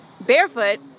barefoot